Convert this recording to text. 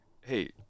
hey